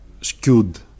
skewed